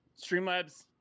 Streamlabs